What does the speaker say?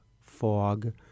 fog